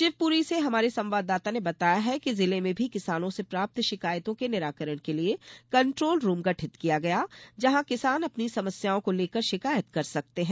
शिवपुरी से हमारे संवाददाता ने बताया है कि जिले में भी किसानों से प्राप्त शिकायतों के निराकरण के लिये कंट्रोल रूम गठित किया गया जहां किसान अपनी समस्याओं को लेकर शिकायत कर सकते है